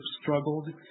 struggled